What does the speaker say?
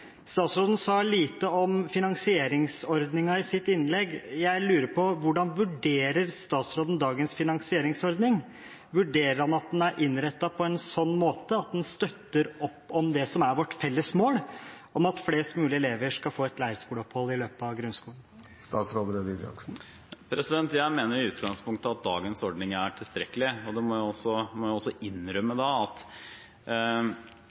i sitt innlegg lite om finansieringsordningen. Jeg lurer på hvordan statsråden vurderer dagens finansieringsordning. Vurderer han at den er innrettet på en sånn måte at den støtter opp om det som er vårt felles mål, at flest mulig elever skal få et leirskoleopphold i løpet av grunnskolen? Jeg mener i utgangspunktet at dagens ordning er tilstrekkelig. Det har vel også – så vidt jeg